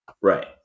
Right